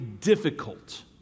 difficult